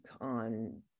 on